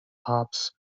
hops